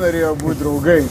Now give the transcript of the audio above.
norėjo būt draugai